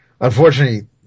Unfortunately